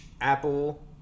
apple